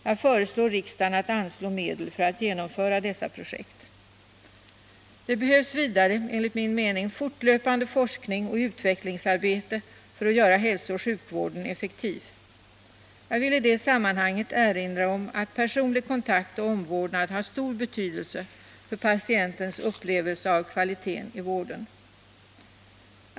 Jag föreslår riksdagen att anslå medel för att genomföra dessa projekt. Det behövs vidare enligt min mening fortlöpande forskning och utvecklingsarbete för att göra hälsooch sjukvården effektiv. Jag vill i detta sammanhang erinra om att personlig kontakt och omvårdnad har stor betydelse för patientens upplevelse av kvaliteten i vården.